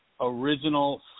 original